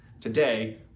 Today